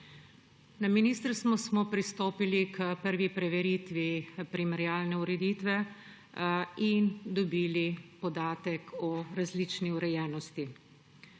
Na ministrstvu smo pristopili k prvi preveritvi primerjalne ureditve in dobili podatek o različni urejenosti.